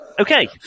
okay